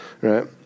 right